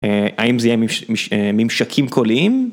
האם זה יהיה ממשקים קוליים?